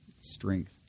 strength